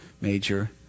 major